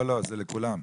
זה לכולם,